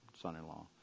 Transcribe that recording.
son-in-law